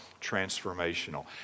transformational